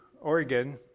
Oregon